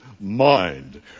mind